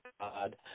God